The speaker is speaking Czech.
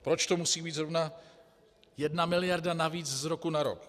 Proč to musí být zrovna jedna miliarda navíc z roku na rok?